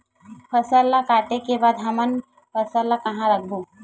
फसल ला काटे के बाद हमन फसल ल कहां रखबो?